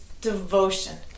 devotion